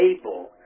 able